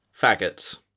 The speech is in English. faggots